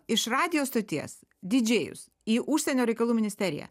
iš radijo stoties didžėjus į užsienio reikalų ministeriją